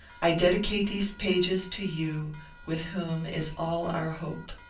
i dedicate these pages to you with whom is all our hope.